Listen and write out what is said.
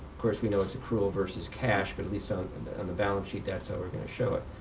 course, we know it's accrual versus cash but at least on and the balance sheet, that's how we're going to show it.